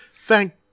Thank